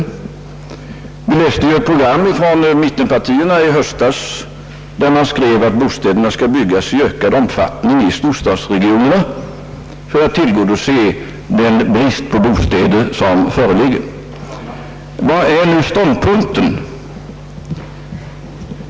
Vi läste i höstas ett program från mittenpartierna, där man skrev att bostäderna i ökad omfattning skall byggas i storstadsregionerna så att bristen på bostäder där kan mildras. Vad är nu ståndpunkten?